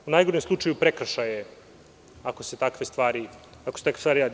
U najgorem slučaju, prekršaj je ako se takve stvari rade.